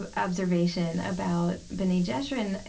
but observation about b'nai jeshurun,